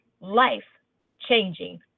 life-changing